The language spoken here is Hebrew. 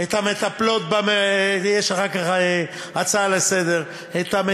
המטפלות יש אחר כך הצעה לסדר-היום,